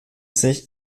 sich